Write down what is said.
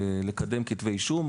לקדם כתבי אישום.